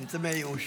בייאוש.